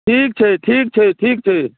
ठीक छै ठीक छै ठीक छै